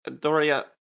Doria